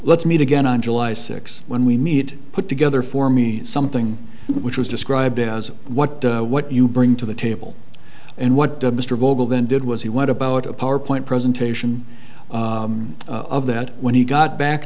let's meet again on july sixth when we need to put together for me something which was described as what what you bring to the table and what mr goble then did was he went about a power point presentation of that when he got back